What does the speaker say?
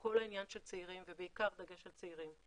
כל העניין של צעירים ובעיקר דגש על צעירים.